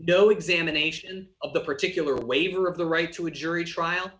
no examination of the particular waiver of the right to a jury trial